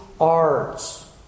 arts